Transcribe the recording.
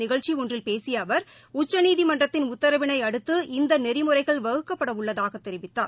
நிகழ்ச்சிஒன்றில் மும்பையில் உச்சநீதிமன்றத்தின் உத்தரவினைஅடுத்து இந்தநெறிமுறைகள் வகுக்கப்படஉள்ளதாகதெரிவித்தார்